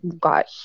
got